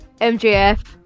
MGF